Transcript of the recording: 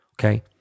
Okay